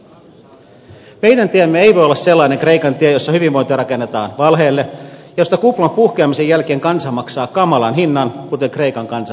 meidän tiemme ei voi olla sellainen kreikan tie jossa hyvinvointi rakennetaan valheelle ja josta kuplan puhkeamisen jälkeen kansa maksaa kamalan hinnan kuten kreikan kansa nyt tekee